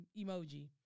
emoji